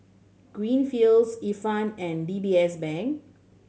Greenfields Ifan and D B S Bank